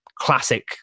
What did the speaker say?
classic